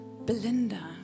Belinda